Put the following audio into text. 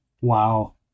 Wow